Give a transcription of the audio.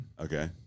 Okay